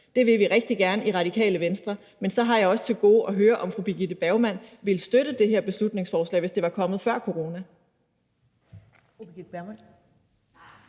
det vil vi rigtig gerne i Radikale Venstre. Men så har jeg også til gode at høre, om fru Birgitte Bergman ville have støttet det her beslutningsforslag, hvis det var kommet før corona.